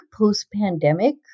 post-pandemic